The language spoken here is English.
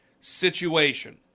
situation